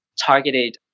targeted